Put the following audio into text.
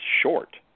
short